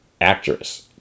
actress